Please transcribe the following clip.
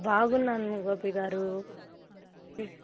బాగున్నాను గోపి గారు